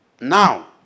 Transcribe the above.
now